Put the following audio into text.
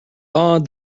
odd